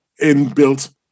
inbuilt